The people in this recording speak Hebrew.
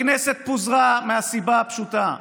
הכנסת פוזרה מהסיבה הפשוטה: